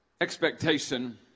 Expectation